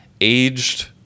aged